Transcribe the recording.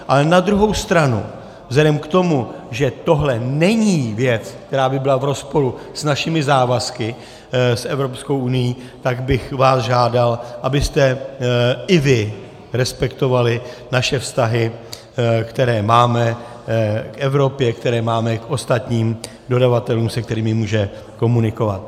Ale na druhou stranu vzhledem k tomu, že tohle není věc, která by byla v rozporu s našimi závazky s Evropskou unií, tak bych vás žádal, abyste i vy respektovali naše vztahy, které máme k Evropě, které máme k ostatním dodavatelům, se kterými může komunikovat.